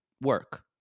work